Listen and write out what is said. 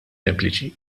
sempliċi